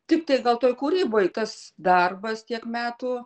tiktai gal toj kūryboj tas darbas tiek metų